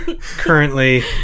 currently